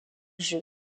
jeu